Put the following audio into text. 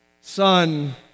Son